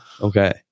Okay